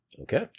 Okay